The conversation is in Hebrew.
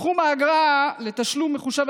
סכום האגרה לתשלום מחושב,